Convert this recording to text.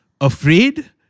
afraid